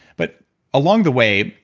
but along the way,